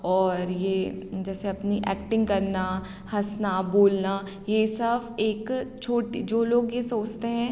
और ये जैसे अपनी ऐक्टिंग करना हंसना बोलना ये सब एक छोटी जो लोग ये सोचते हैं